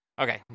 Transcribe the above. Okay